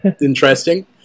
interesting